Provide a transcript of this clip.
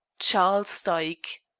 charles dyke.